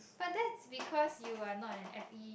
but that's because you are not an F_E